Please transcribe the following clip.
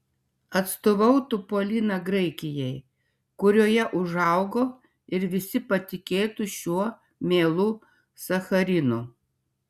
atstovautų polina graikijai kurioje užaugo ir visi patikėtų šiuo mielu sacharinu